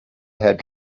had